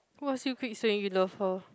who ask you keep saying you love her